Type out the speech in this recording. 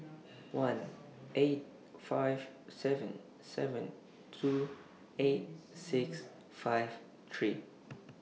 one eight five seven seven two eight six five three